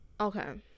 Okay